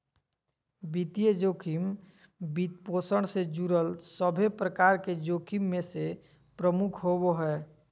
वित्तीय जोखिम, वित्तपोषण से जुड़ल सभे प्रकार के जोखिम मे से प्रमुख होवो हय